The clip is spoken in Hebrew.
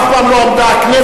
אף פעם לא עמדה הכנסת,